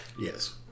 Yes